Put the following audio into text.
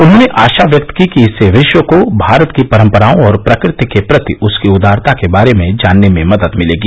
उन्होंने आशा व्यक्त की कि इससे विश्व को भारत की परंपराओं और प्रकृति के प्रति उसकी उदारता के बारे में जानने में मदद मिलेगी